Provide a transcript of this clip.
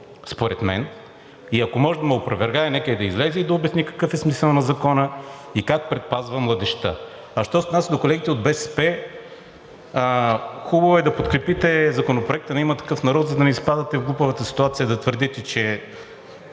според мен. Ако може, да ме опровергае, нека да излезе и да обясни какъв е смисълът на Закона и как предпазва младежта? Що се отнася до колегите от БСП. Хубаво е да подкрепите Законопроекта на „Има такъв народ“, за да не изпадате в глупавата ситуация да твърдите, че